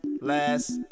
Last